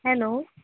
hello